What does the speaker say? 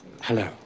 Hello